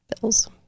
bills